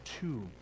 two